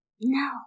No